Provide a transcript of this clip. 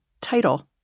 title